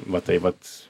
va taip vat